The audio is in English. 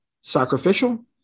sacrificial